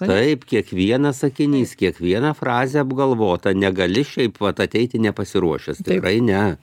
taip kiekvienas sakinys kiekviena frazė apgalvota negali šiaip vat ateiti nepasiruošęs tikrai ne